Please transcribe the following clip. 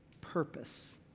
purpose